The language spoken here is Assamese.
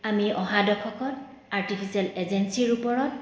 আমি অহা দশকত আৰ্টিফিচিয়েল ইন্টেলিজেন্সৰ ওপৰত